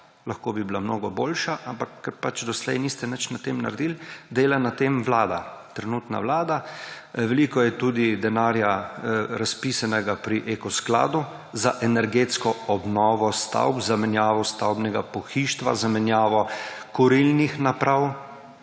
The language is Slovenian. lahko bi bila mnogo boljša. Ampak ker pač doslej niste na tem ničesar naredili, dela na tem vlada, trenutna vlada. Veliko je tudi denarja razpisanega pri Ekoskladu za energetsko obnovo stavb, za menjavo stavbnega pohištva, za menjavo kurilnih naprav,